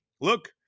Look